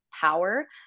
power